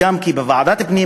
כי גם בוועדת הפנים,